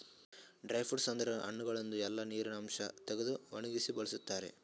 dry fruits ಅಂದುರ್ ಹಣ್ಣಗೊಳ್ದಾಂದು ಎಲ್ಲಾ ನೀರಿನ ಅಂಶ ತೆಗೆದು ಒಣಗಿಸಿ ಬಳ್ಸತಾರ್